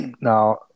Now